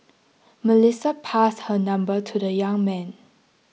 Melissa passed her number to the young man